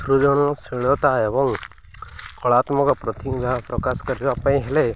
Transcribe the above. ସୃଜନଶୀଳତା ଏବଂ କଳାତ୍ମକ ପ୍ରତିଭା ପ୍ରକାଶ କରିବା ପାଇଁ ହେଲେ